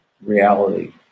reality